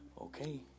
Okay